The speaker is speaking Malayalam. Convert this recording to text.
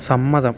സമ്മതം